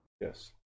Yes